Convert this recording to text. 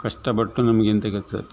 ಕಷ್ಟಪಟ್ಟು ನಮಗೆ ಇಂಥ ಕೆಲಸ